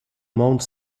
mount